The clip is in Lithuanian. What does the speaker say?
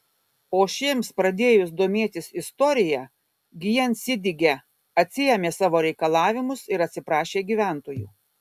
o šiems pradėjus domėtis istorija gjensidige atsiėmė savo reikalavimus ir atsiprašė gyventojų